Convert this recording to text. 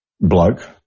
bloke